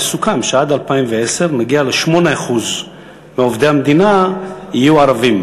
וסוכם שעד 2010 נגיע לכך ש-8% מעובדי המדינה יהיו ערבים.